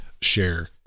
share